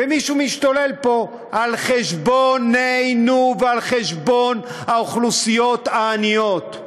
ומישהו משתולל פה על-חשבוננו ועל-חשבון האוכלוסיות העניות.